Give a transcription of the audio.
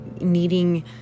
needing